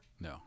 No